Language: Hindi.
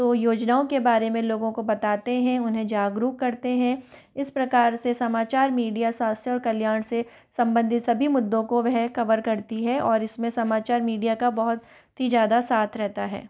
तो योजनाओं के बारे में लोगों को बताते हैं उन्हें जागरूक करते हैं इस प्रकार समाचार मीडिया स्वास्थ्य और कल्याण से संबंधित सभी मुद्दों को वह कवर करती है और इसमें समाचार मीडिया का बहुत ही ज़्यादा साथ रहता है